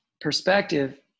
perspective